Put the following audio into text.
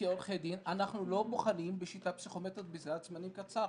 כעורכי דין אנחנו לא בוחנים בשיטה פסיכומטרית בסד זמנים קצר.